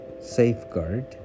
Safeguard